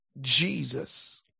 Jesus